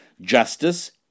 justice